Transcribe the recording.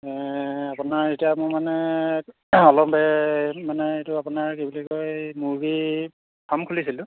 আপোনাৰ এতিয়া মোৰ মানে অলপ এ মানে এইটো আপোনাৰ কি বুলি কয় মুৰ্গী ফাৰ্ম খুলিছিলোঁ